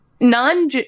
Non